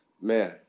Man